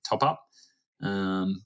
top-up